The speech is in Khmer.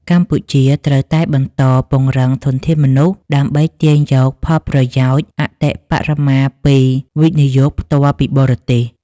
កម្ពុជាត្រូវតែបន្តពង្រឹងធនធានមនុស្ស ដើម្បីទាញយកផលប្រយោជន៍អតិបរមាពី វិនិយោគផ្ទាល់ពីបរទេស។